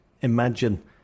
imagine